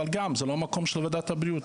אבל גם זה לא המקום של ועדת הבריאות.